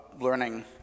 learning